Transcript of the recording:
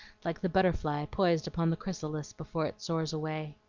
like the butterfly poised upon the chrysalis before it soars away.